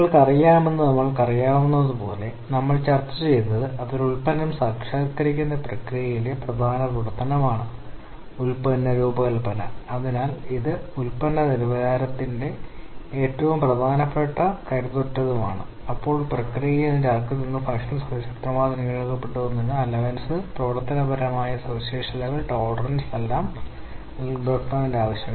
നിങ്ങൾക്കറിയാമെന്ന് നമ്മൾക്കറിയാവുന്നതുപോലെ നമ്മൾ ചർച്ച ചെയ്തത് അതാണ് ഒരു ഉൽപ്പന്നം സാക്ഷാത്കരിക്കുന്ന പ്രക്രിയയിലെ പ്രധാന പ്രവർത്തനമാണ് ഉൽപ്പന്ന രൂപകൽപ്പന അതിനാൽ ഇത് ഉൽപ്പന്നത്തിന്റെ ഗുണനിലവാരത്തിൽ വലിയ സ്വാധീനം ചെലുത്തുന്നു വാസ്തവത്തിൽ ഇത് നിങ്ങൾക്കറിയാവുന്ന ഏറ്റവും വലിയ സ്വാധീനം ചെലുത്തുന്നു രൂപകൽപ്പന തികച്ചും കരുത്തുറ്റതാണ് അപ്പോൾ പ്രക്രിയയിലും ഉൽപ്പന്ന തലത്തിലും വളരെ കുറഞ്ഞ പൊരുത്തക്കേട് അനുവദിക്കാൻ ഇതിന് കഴിയും